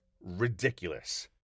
ridiculous